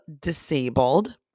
disabled